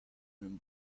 him